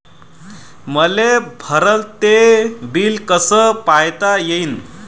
मले भरल ते बिल कस पायता येईन?